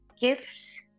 gifts